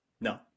No